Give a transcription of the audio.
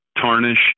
tarnish